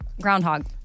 Groundhog